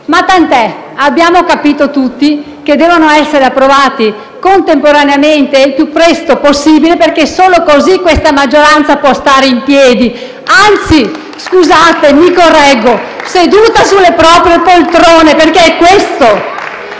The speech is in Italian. Ma tant'è, abbiamo capito tutti che devono essere approvati contemporaneamente e il più presto possibile, perché solo così la maggioranza può stare in piedi, anzi - mi correggo - seduta sulle proprie poltrone. *(Applausi